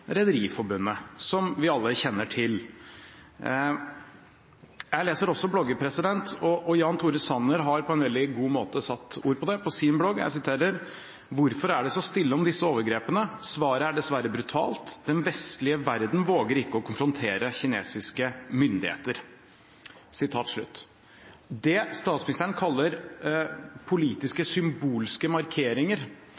Rederiforbundet. Jeg leser også blogger. Jan Tore Sanner har på en veldig god måte satt ord på det på sin blogg: «Hvorfor er det da så stille om disse overgrepene? Svaret er dessverre brutalt: Den vestlige verden våger ikke å konfrontere kinesiske myndigheter.» Det statsministeren kaller politiske,